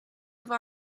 have